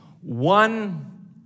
One